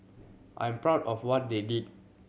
I'm proud of what they did